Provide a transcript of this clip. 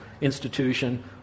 institution